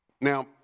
Now